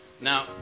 Now